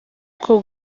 uko